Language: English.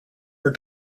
are